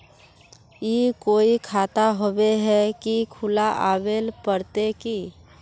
ई कोई खाता होबे है की खुला आबेल पड़ते की?